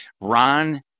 ron